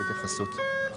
עכשיו,